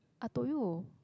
I told you